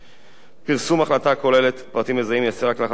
פרסום החלטה הכוללת פרטים מזהים ייעשה רק לאחר שוועדת המשמעת